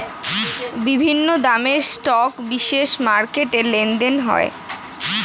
বিভিন্ন দামের স্টক বিশেষ মার্কেটে লেনদেন হয়